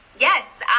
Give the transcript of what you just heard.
Yes